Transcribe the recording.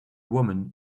woman